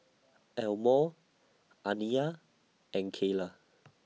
Elmore Aniya and Keyla